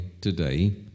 today